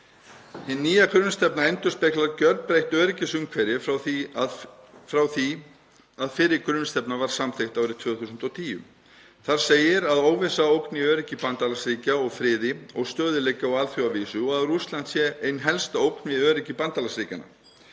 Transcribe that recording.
Hin nýja grunnstefna endurspeglar gjörbreytt öryggisumhverfi frá því að fyrri grunnstefna var samþykkt árið 2010. Þar segir að óvissa ógni öryggi bandalagsríkja og friði og stöðugleika á alþjóðavísu og að Rússland sé helsta ógnin við öryggi bandalagsríkjanna.